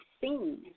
seen